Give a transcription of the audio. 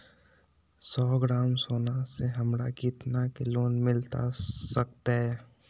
सौ ग्राम सोना से हमरा कितना के लोन मिलता सकतैय?